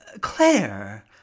claire